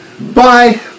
Bye